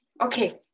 Okay